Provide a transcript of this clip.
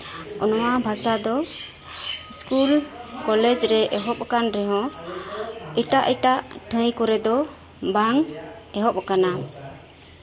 ᱱᱚᱶᱟ ᱵᱷᱟᱥᱟ ᱫᱚ ᱥᱠᱩᱞ ᱠᱚᱞᱮᱡᱽ ᱨᱮ ᱮᱦᱚᱵ ᱟᱠᱟᱱ ᱨᱮᱦᱚᱸ ᱮᱴᱟᱜᱼᱮᱴᱟᱜ ᱴᱷᱟᱺᱣ ᱠᱚᱨᱮ ᱫᱚ ᱵᱟᱝ ᱮᱦᱚᱵ ᱟᱠᱟᱱᱟ